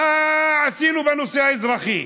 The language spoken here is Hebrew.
מה עשינו בנושא האזרחי?